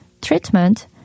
treatment